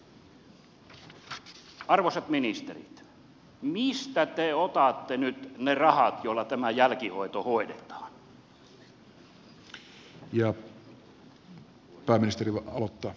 arvoisat ministerit mistä te otatte nyt ne rahat joilla tämä jälkihoito hoidetaan